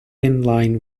inline